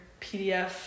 PDF